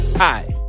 Hi